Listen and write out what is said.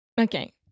Okay